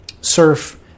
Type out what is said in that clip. Surf